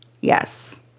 Yes